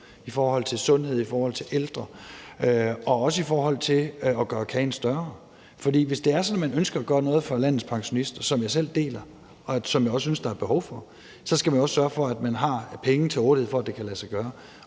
i forhold til sundhed, i forhold til ældre og også i forhold til at gøre kagen større. For hvis det er sådan, at man ønsker at gøre noget for landets pensionister, som jeg selv ønsker, og som jeg også synes der er behov for, så skal man også sørge for, at man har penge til rådighed for, at det kan lade sig gøre.